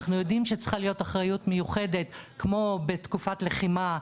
אנחנו יודעים שצריכה להיות אחריות מיוחדת כמו בתקופת לחימה,